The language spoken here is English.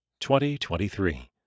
2023